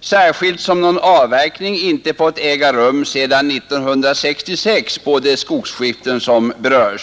särskilt som någon avverkning inte fått äga rum sedan 1966 på de skogsskiften som berörs.